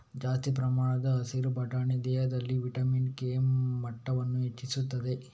ಜಾಸ್ತಿ ಪ್ರಮಾಣದ ಹಸಿರು ಬಟಾಣಿ ದೇಹದಲ್ಲಿ ವಿಟಮಿನ್ ಕೆ ಮಟ್ಟವನ್ನ ಹೆಚ್ಚಿಸ್ತದೆ